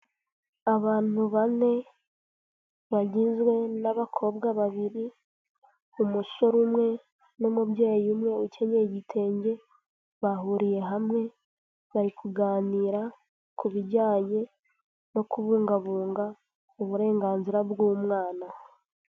Abantu bane bagizwe n'abakobwa babiri, umusore umwe n'umubyeyi umwe ukenyeye igitenge, bahuriye hamwe bari kuganira ku bijyanye no kubungabunga uburenganzira bw'umwana.